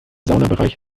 saunabereich